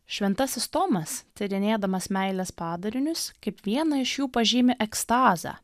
šventasis tomas tyrinėdamas meilės padarinius kaip vieną iš jų pažymi ekstazę